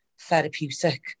therapeutic